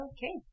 Okay